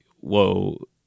whoa